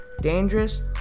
dangerous